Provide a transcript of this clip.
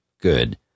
good